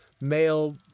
male